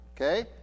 Okay